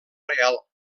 reial